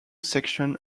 section